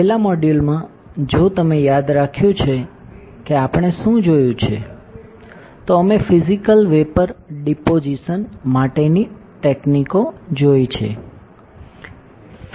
છેલ્લા મોડ્યુલમાં જો તમે યાદ રાખ્યું છે કે આપણે શું જોયું છે તો અમે ફિજિકલ વેપર ડિપોજિસન માટેની તકનીકીઓ જોઇ છે